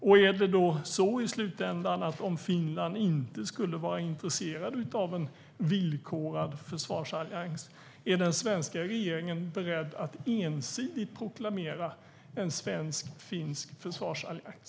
Och om Finland i slutändan inte skulle vara intresserat av en villkorad försvarsallians, är den svenska regeringen då beredd att ensidigt proklamera en svensk-finsk försvarsallians?